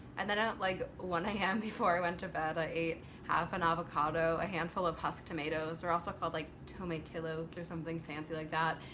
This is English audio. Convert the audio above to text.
and then at like, one am, before i went to bed i ate half an avocado, a handful of husk tomatoes. they're also called like tomatillos, or something fancy like that,